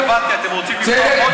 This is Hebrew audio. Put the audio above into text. לא הבנתי, אתם רוצים לפתוח עוד ועדה?